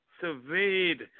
surveyed